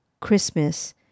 Christmas